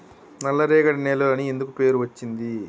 నల్లరేగడి నేలలు అని ఎందుకు పేరు అచ్చింది?